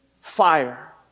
fire